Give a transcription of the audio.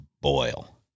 boil